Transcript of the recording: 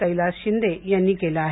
कैलास शिंदे यांनी केलं आहे